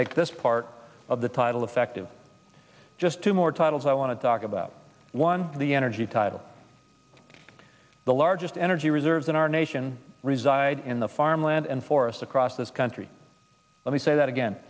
make this part of the title effective just two more titles i want to talk about one energy title the largest energy reserves in our nation reside in the farmland and forest across this country and we say that again